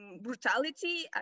brutality